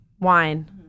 wine